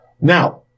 Now